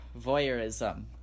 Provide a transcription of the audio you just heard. voyeurism